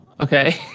okay